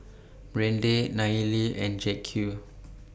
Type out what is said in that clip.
Brande Nayeli and Jacque